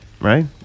Right